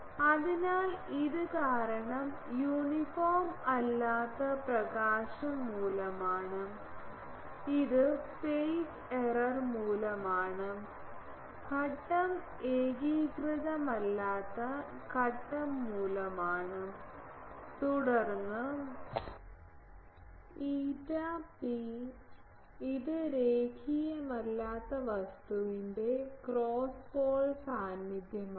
അതിനാൽ ഇത് കാരണം യൂണിഫോം അല്ലാത്ത പ്രകാശം മൂലമാണ് ഇത് ഫെയ്സ് എറർ മൂലമാണ് ഘട്ടം ഏകീകൃതമല്ലാത്ത ഘട്ടം മൂലമാണ് തുടർന്ന് ηp ഇത് രേഖീയമല്ലാത്ത വസ്തുവിന്റെ ക്രോസ് പോൾ സാന്നിധ്യമാണ്